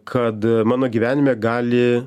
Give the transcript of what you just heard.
kad mano gyvenime gali